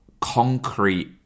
concrete